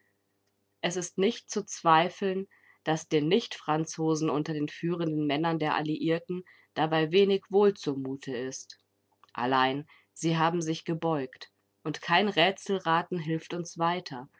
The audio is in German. es ist nicht zu zweifeln daß den nichtfranzosen unter den führenden männern der alliierten dabei wenig wohl zu mute ist allein sie haben sich gebeugt und kein rätselraten hilft uns weiter